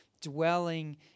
dwelling